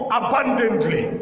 abundantly